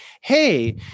Hey